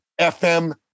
fm